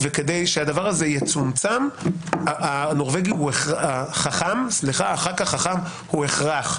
כדי שהדבר הזה יצומצם, הנורבגי החכם הוא הכרח.